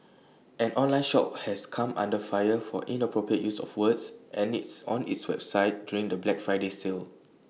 an online shop has come under fire for inappropriate use of words and its on its website during the Black Friday sale